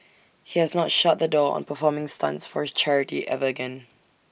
he has not shut the door on performing stunts for charity ever again